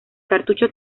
cartucho